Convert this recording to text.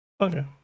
okay